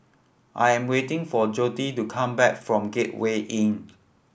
I am waiting for Jody to come back from Gateway Inn